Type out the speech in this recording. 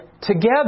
together